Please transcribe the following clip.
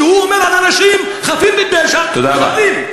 שהוא אומר על אנשים חפים מפשע מחבלים.